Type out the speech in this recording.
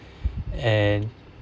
and